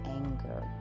anger